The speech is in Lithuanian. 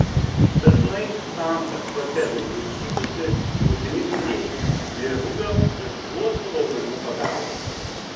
dažnai tam kad protezai laikytųsi būtini klijai liežuvio ir skruostų raumenų pagalba